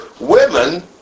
women